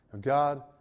God